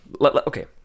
okay